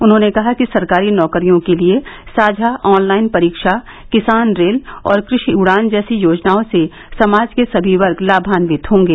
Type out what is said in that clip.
उन्होंने कहा कि सरकारी नौकरियों के लिए साझा ऑनलाइन परीक्षा किसान रेल और कृषि उड़ान जैसी योजनाओं से समाज के सभी वर्ग लाभान्वित होंगे